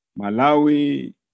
Malawi